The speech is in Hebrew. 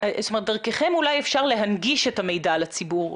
דרככם אולי אפשר להנגיש את המידע לציבור.